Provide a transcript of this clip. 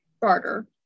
barter